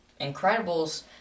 incredibles